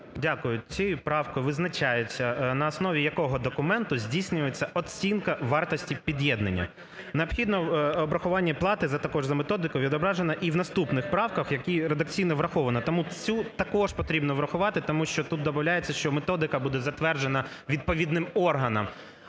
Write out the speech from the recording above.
Дякую. Ці правки визначаються, на основі якого документу здійснюється оцінка вартості під'єднання. Необхідне обрахування плати також за методикою відображено в наступних правках, які редакційно враховані. Тому цю також потрібно врахувати, тому що тут добавляється, що методика буде затверджена відповідним органом.